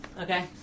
okay